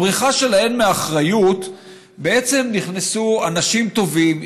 בבריחה שלה מאחריות בעצם נכנסו אנשים טובים,